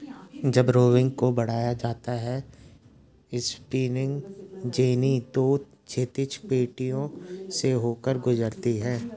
जब रोविंग को बढ़ाया जाता है स्पिनिंग जेनी दो क्षैतिज पट्टियों से होकर गुजरती है